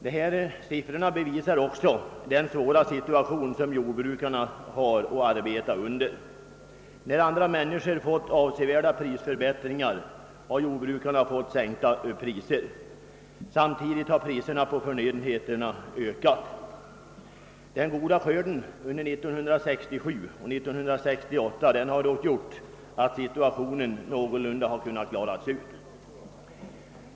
Dessa siffror belyser också den svåra situation som jordbrukarna har att arbeta i. När andra människor fått avsevärda prisförbättringar har jordbrukarna fått sänkta priser. Samtidigt har priset på förnödenheterna ökat. Den goda skörden under 1967/68 har emellertid gjort att situationen någorlunda har kunnat klaras upp.